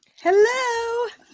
Hello